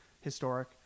historic